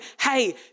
hey